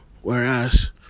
whereas